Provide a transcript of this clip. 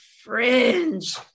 fringe